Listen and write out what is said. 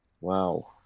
Wow